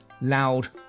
loud